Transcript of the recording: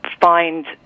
find